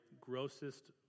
grossest